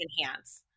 enhance